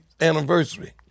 anniversary